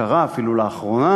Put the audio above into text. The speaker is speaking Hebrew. קרה, אפילו לאחרונה,